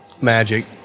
Magic